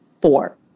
four